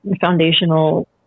foundational